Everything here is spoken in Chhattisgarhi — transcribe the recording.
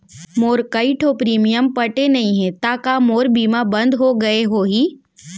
मोर कई ठो प्रीमियम पटे नई हे ता का मोर बीमा बंद हो गए होही?